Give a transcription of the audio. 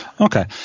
Okay